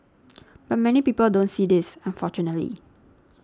but many people don't see this unfortunately